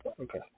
Okay